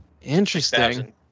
interesting